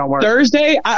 Thursday